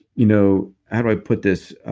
you know how do i put this,